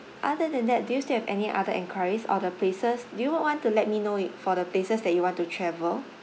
other than that do you have any other enquiries or the places do you w~ want to let me know it for the places that you want to travel